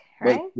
right